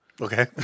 Okay